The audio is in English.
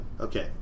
okay